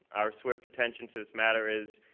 our swift attention to this matter is,